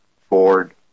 Ford